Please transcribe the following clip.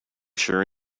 sure